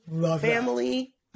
family